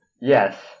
Yes